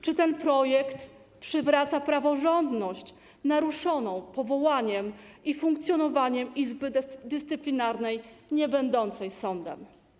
Czy ten projekt przywraca praworządność naruszoną powołaniem i funkcjonowaniem Izby Dyscyplinarnej niebędącej sądem?